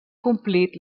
complit